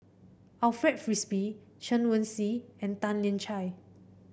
Alfred Frisby Chen Wen Hsi and Tan Lian Chye